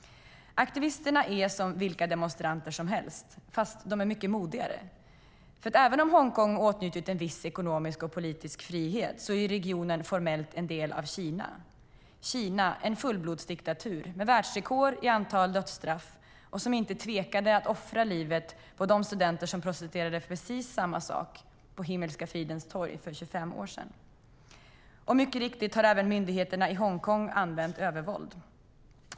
Aktivisterna är som vilka demonstranter som helst, fast mycket modigare. Även om Hongkong åtnjutit en viss ekonomisk och politisk frihet är regionen formellt en del av Kina. Kina är en fullblodsdiktatur med världsrekord i antal dödsstraff och tvekade inte att offra livet på de studenter som protesterade mot precis samma sak på Himmelska fridens torg för 25 år sedan. Mycket riktigt har även myndigheterna i Hong Kong använt övervåld.